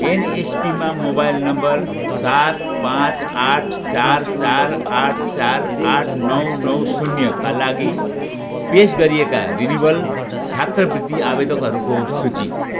एनएसपीमा mobile number सात पाँच आठ चार चार आठ चार आठ नौ नौ शून्यका लागि पेस गरिएका रिनिवल छात्रवृदि आवेदकहरूको सूची